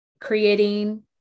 creating